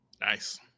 Nice